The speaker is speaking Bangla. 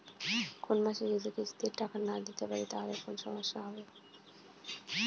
কোনমাসে যদি কিস্তির টাকা না দিতে পারি তাহলে কি কোন সমস্যা হবে?